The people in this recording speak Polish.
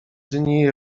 dni